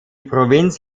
provinz